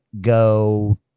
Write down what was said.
go